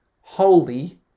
holy